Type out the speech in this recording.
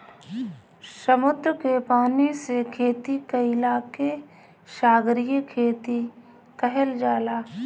समुंदर के पानी से खेती कईला के सागरीय खेती कहल जाला